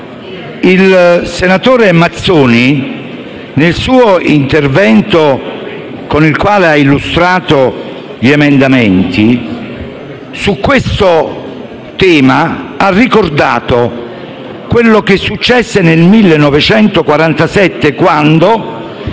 il senatore Mazzoni, nell'intervento con cui ha illustrato gli emendamenti su questo tema ha ricordato quello che successe nel 1947, quando